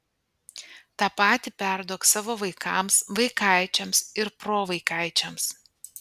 tą patį perduok savo vaikams vaikaičiams ir provaikaičiams